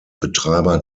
betreiber